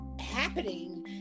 happening